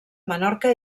menorca